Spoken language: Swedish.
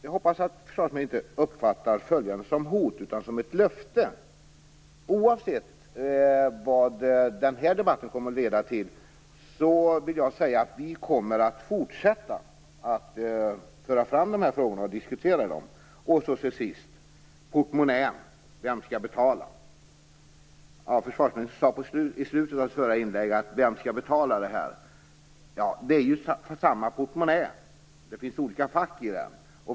Jag hoppas att försvarsministern inte uppfattar följande som ett hot, utan som ett löfte. Oavsett vad den här debatten kommer att leda till, vill jag säga att vi kommer att fortsätta att föra fram de här frågorna och diskutera dem. Till sist: portmonnän. Vem skall betala? Försvarsministern frågade i slutet av sitt förra inlägg vem som skall betala. men det är ju samma portmonnä. Det finns olika fack i den.